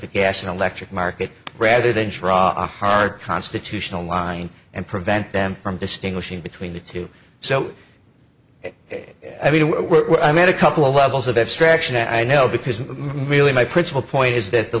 the gas and electric market rather than draw on hard constitutional line and prevent them from distinguishing between the two so i mean what i mean a couple of levels of abstraction i know because really my principal point is that the